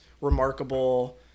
remarkable